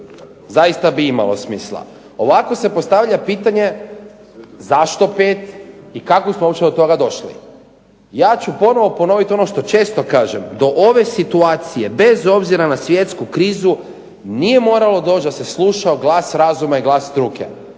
imalo naravno smisla. Ovako se postavlja pitanje, zašto 5 i kako smo uopće do toga došli? Ja ću ponovno ponoviti ono što često kažem. Do ove situacije bez obzira na svjetsku krizu nije moralo doći da se slušao glas razuma i glas struke.